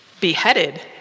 beheaded